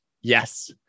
Yes